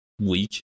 week